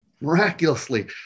Miraculously